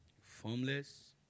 formless